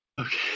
Okay